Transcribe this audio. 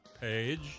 page